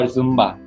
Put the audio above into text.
Zumba